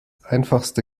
einfachste